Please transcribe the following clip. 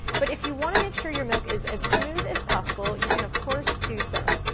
but if you wanna make sure your milk is as smooth as possible, you can of course do so.